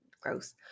gross